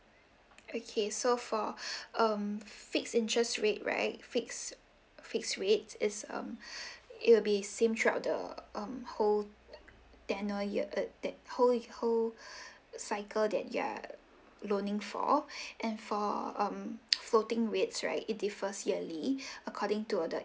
okay so for um fix interest rate right fix fix rate it's um it will be same throughout the um whole uh tenure year uh te~ whole whole cycle that you're loaning for and for um floating weights right it differs yearly according to the